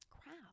crap